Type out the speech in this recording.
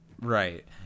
right